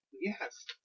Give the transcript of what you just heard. yes